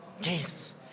Jesus